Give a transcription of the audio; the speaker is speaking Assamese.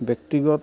ব্যক্তিগত